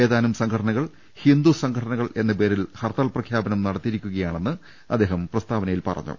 ഏതാനും സംഘടനകൾ ഹിന്ദു സംഘടനകളെന്ന പേരിൽ ഹർത്താൽ പ്രഖ്യാപനം നടത്തിയിരിക്കുകയാ ണെന്ന് അദ്ദേഹം പ്രസ്താവനയിൽ പറഞ്ഞു